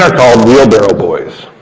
ah called wheelbarrow boys.